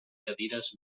cadires